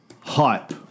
hype